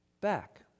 back